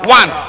one